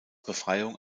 befreiung